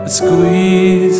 squeeze